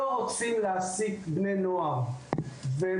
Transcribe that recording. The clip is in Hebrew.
לא רוצים להעסיק בני נוער על